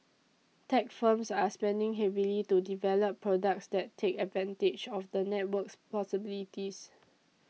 tech firms are spending heavily to develop products that take advantage of the network's possibilities